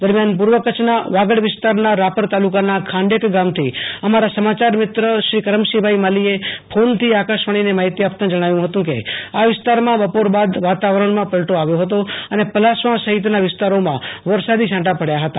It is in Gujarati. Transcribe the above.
દરમ્યાન પુર્વ કચ્છના વાગડ વિસ્તારના રાપર તાલુકાના ખાંડેક ગામથી અમારા સમાચાર મિત્ર કરમશીભાઈ માલીએ ફોનથી આકાશવાણીને માહિતી આપતા જણાવ્યુ હતું કે આ વિસ્તારમાં બપોર બાદ વાતાવરણમાં પલટો આવ્યો હતો અને પલાસવા સહિતના વિસ્તારોમાં વરસાદી છાંટા પડયા હતા